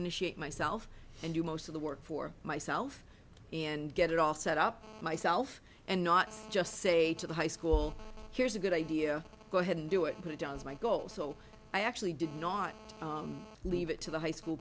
initiate myself and do most of the work for myself and get it all set up myself and not just say to the high school here's a good idea go ahead and do it put it down as my goal so i actually did not leave it to the high school